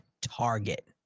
target